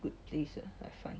good place uh I find